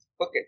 okay